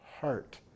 heart